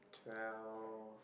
twelve